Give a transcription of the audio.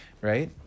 right